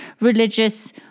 religious